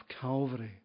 Calvary